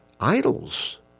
idols